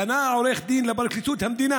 פנה העורך דין לפרקליטות המדינה